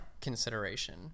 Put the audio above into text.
consideration